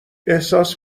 احساس